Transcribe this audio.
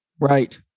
Right